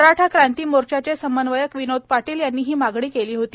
मराठा क्रांती मोर्चाचे समन्वयक विनोद पाटील यांनी ही मागणी केली होती